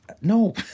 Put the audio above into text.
No